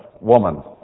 woman